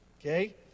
okay